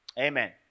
Amen